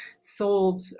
sold